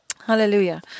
Hallelujah